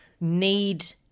need –